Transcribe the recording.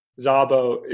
Zabo